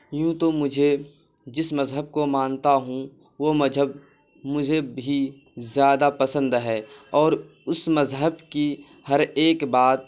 یوں تو مجھے جس مذہب کو مانتا ہوں وہ مذہب مجھے بھی زیادہ پسند ہے اور اس مذہب کی ہر ایک بات